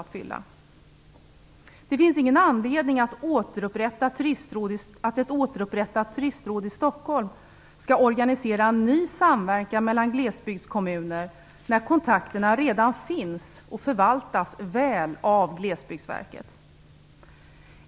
Det finns ingen anledning att ett återupprättat turistråd i Stockholm skall organisera en ny samverkan mellan glesbygdskommuner när kontakterna redan finns och förvaltas väl av Glesbygdsmyndigheten.